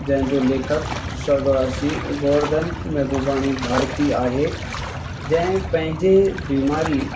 जंहिंजो लेखक स्वार्गवासी गोवर्धन महबूबाणी भारती आहे जंहिं पैंजे बीमारी